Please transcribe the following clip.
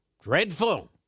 Dreadful